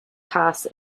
pass